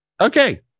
Okay